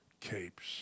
capes